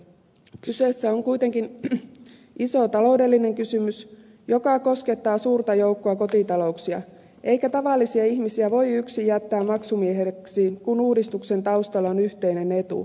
kyseessä on kuitenkin iso taloudellinen kysymys joka koskettaa suurta joukkoa kotitalouksia eikä tavallisia ihmisiä voi yksin jättää maksumiehiksi kun uudistuksen taustalla on yhteinen etu